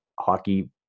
hockey